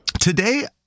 today